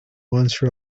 once